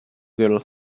girl